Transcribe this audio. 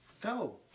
Go